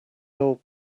old